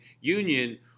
Union